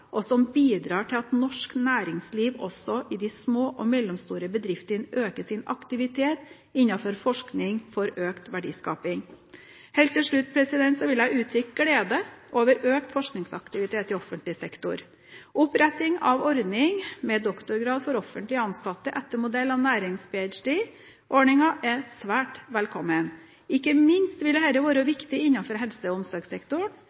og som bidrar til at norsk næringsliv også i de små og mellomstore bedriftene øker sin aktivitet innenfor forskning for å få økt verdiskaping. Helt til slutt vil jeg uttrykke glede over økt forskningsaktivitet i offentlig sektor. Oppretting av en ordning med doktorgrad for offentlig ansatte etter modell av nærings-ph.d.-ordningen er svært velkommen. Ikke minst vil dette være viktig innenfor helse- og omsorgssektoren,